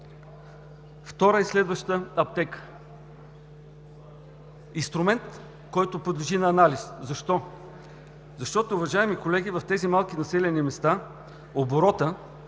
Втора и следваща аптека – инструмент, който подлежи на анализ. Защо? Защото, уважаеми колеги, в тези малки населени места оборотът,